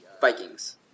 Vikings